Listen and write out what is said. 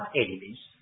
enemies